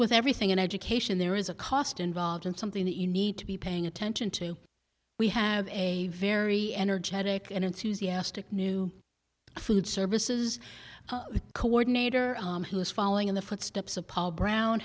with everything in education there is a cost involved in something that you need to be paying attention to we have a very energetic and enthusiastic new food services coordinator who is following in the footsteps of paul brown